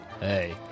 Hey